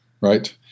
Right